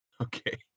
Okay